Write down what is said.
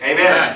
Amen